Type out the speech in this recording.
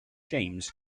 james